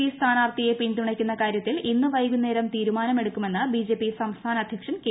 P സ്ഥാനാർത്ഥിയെ പിന്തുണയ്ക്കുന്ന കാര്യത്തിൽ ഇന്ന് വൈകുന്നേരം തീരുമാനമെടുക്കുമെന്ന് ബിജെപി സംസ്ഥാന അദ്ധ്യക്ഷൻ കെ